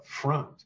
front